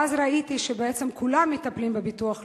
ואז ראיתי שבעצם כולם מטפלים בביטוח הלאומי.